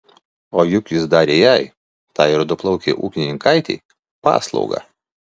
o juk jis darė jai tai rudaplaukei ūkininkaitei paslaugą